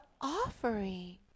offering